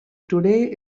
today